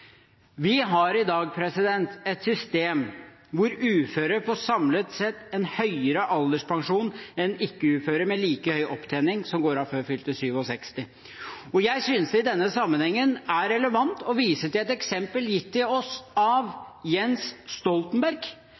Vi har i dag et system hvor uføre samlet sett får en høyere alderspensjon enn ikke-uføre med like høy opptjening, og som går av før fylte 67 år. Jeg synes det i denne sammenheng er relevant å vise til et eksempel gitt til oss av Jens Stoltenberg